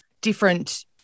different